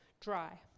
dry